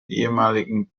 ehemaligen